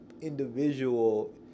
individual